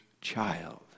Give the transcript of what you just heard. child